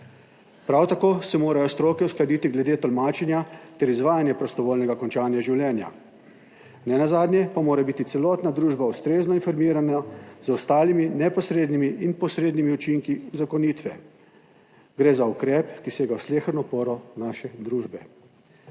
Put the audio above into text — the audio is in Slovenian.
Prav tako se morajo stroke uskladiti glede tolmačenja ter izvajanja prostovoljnega končanja življenja, nenazadnje pa mora biti celotna družba ustrezno informirana z ostalimi neposrednimi in posrednimi učinki uzakonitve. Gre za ukrep, ki sega v sleherno poro naše družbe.